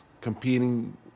competing